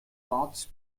thoughts